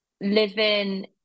living